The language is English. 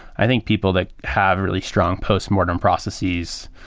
i think people that have really strong postmortem processes,